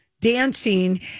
dancing